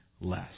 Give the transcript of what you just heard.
less